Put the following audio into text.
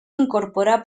incorporar